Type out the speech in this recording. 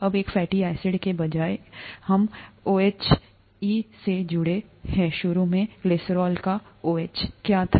अबएक fatty acid के बजाय इस ओएचई से जुड़े शुरू में ग्लिसरॉल का ओएच क्या था